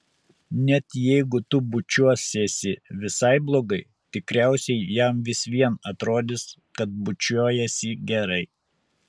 net jeigu tu bučiuosiesi visai blogai tikriausiai jam vis vien atrodys kad bučiuojiesi gerai